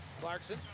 Clarkson